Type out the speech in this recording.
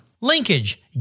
linkage